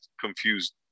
confused